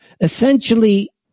Essentially